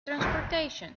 transportation